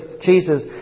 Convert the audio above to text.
Jesus